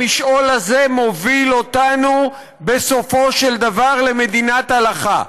המשעול הזה מוביל אותנו בסופו של דבר למדינת הלכה.